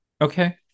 Okay